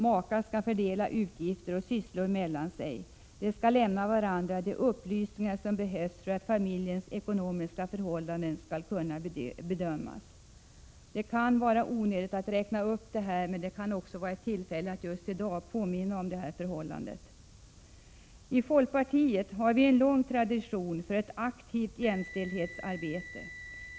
Makar skall fördela utgifter och sysslor mellan sig. De skall lämna varandra de upplysningar som behövs för att familjens ekonomiska förhållanden skall kunna bedömas. Det kan synas onödigt att räkna upp det här, men det finns ju ett tillfälle att just i dag påminna om dessa förhållanden. Herr talman! I folkpartiet har vi en lång tradition för ett aktivt jämställdhetsarbete.